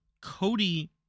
Cody